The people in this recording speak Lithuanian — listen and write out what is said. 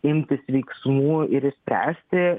imtis veiksmų ir išspręsti